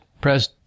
press